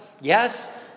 Yes